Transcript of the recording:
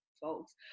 folks